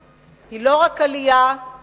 היא לא רק עלייה, היא לא התיישבות.